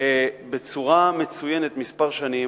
בצורה מצוינת כמה שנים,